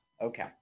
okay